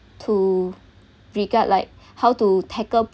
to regard like how to tackle